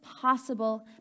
possible